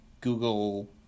Google